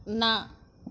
ਨਾ